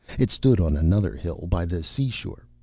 it stood on another hill by the sea shore.